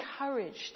encouraged